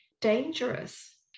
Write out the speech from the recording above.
dangerous